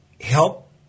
help